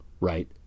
right